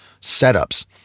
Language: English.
setups